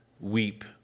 weep